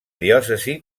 diòcesi